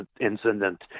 incident